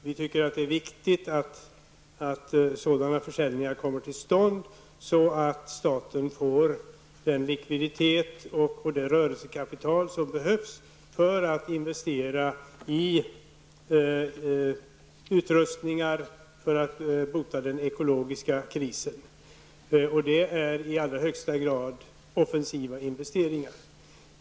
Vi tycker att det är viktigt att sådana försäljningar kommer till stånd, så att staten får den likviditet och det rörelsekapital som behövs för att investera i utrustningar i syfte att bota den ekologiska krisen. Det är i allra högsta grad offensiva investeringar.